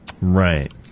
Right